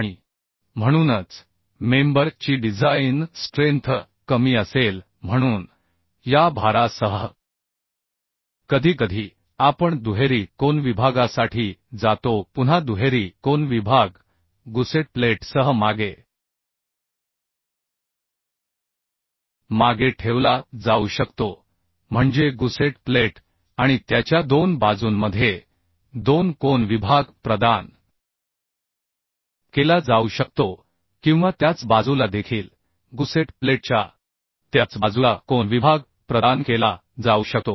आणि म्हणूनच मेंबर ची डिझाइन स्ट्रेंथ कमी असेल म्हणून या भारासह कधीकधी आपण दुहेरी कोन विभागासाठी जातो पुन्हा दुहेरी कोन विभाग गुसेट प्लेटसह मागे मागे ठेवला जाऊ शकतो म्हणजे गुसेट प्लेट आणि त्याच्या दोन बाजूंमध्ये दोन कोन विभाग प्रदान केला जाऊ शकतो किंवा त्याच बाजूला देखील गुसेट प्लेटच्या त्याच बाजूला कोन विभाग प्रदान केला जाऊ शकतो